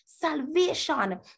salvation